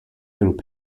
through